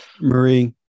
Marie